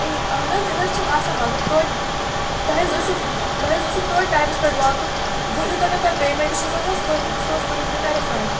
یہِ اہن حظ یہِ نہٕ حظ چھِنہٕ آسان مگر تویتہِ تۄہہِ حظ ٲسِو تۄہہِ حظ اوسو تویتہِ ٹایمَس پٮ۪ٹھ واتُن وۄنۍ یوٗتاہ مےٚ تۄہہِ پیمٮ۪نٛٹ چھُمو نہٕ حظ کوٚرمُت سُہ حظ کٔرِو تُہۍ مےٚ رِفنٛڈ